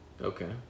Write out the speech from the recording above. Okay